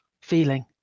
feeling